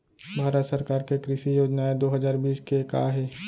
भारत सरकार के कृषि योजनाएं दो हजार बीस के का हे?